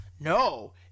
No